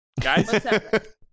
guys